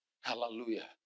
Hallelujah